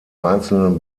einzelnen